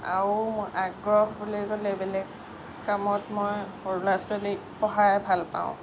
আৰু আগ্ৰহ বুলি ক'লে বেলেগ কামত মই সৰু ল'ৰা ছোৱালী পঢ়াই ভাল পাওঁ